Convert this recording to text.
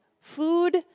food